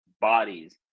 bodies